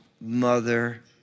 mother